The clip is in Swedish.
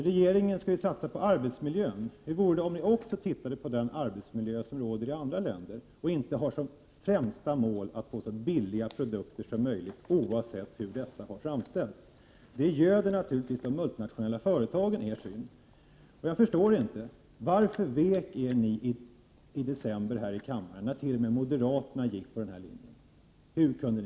Regeringen skall ju satsa på arbetsmiljön. Skulle ni då inte också kunna se på den arbetsmiljö som råder i andra länder och inte ha som främsta mål att få så billiga produkter som möjligt, oavsett hur dessa har framställts? Ert handlande göder naturligtvis de multinationella företagen. Jag förstår inte hur ni kunde vika i december här i kammaren, när t.o.m. moderaterna följde den andra linjen.